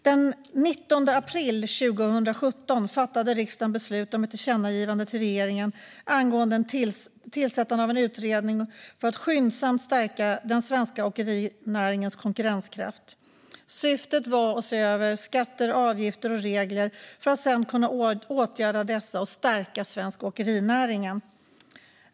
Den 19 april 2017 fattade riksdagen beslut om ett tillkännagivande till regeringen angående tillsättande av en utredning för att skyndsamt stärka den svenska åkerinäringens konkurrenskraft. Syftet var att man skulle se över skatter, avgifter och regler för att sedan kunna åtgärda dessa och stärka den svenska åkerinäringen.